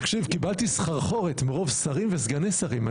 תקשיב, קיבלתי סחרחורת מרוב שרים וסגני שרים.